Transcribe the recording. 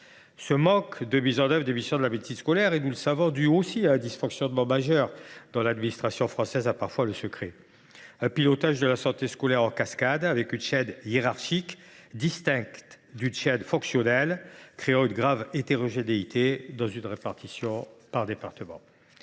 Ce manque de mise en œuvre des missions de la médecine scolaire est dû aussi, nous le savons, à un dysfonctionnement majeur dont l’administration française a parfois le secret : le pilotage en cascade de la santé scolaire, avec une chaîne hiérarchique distincte de la chaîne fonctionnelle crée une grave hétérogénéité dans une répartition par département.